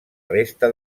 resta